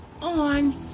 on